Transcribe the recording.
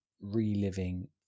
reliving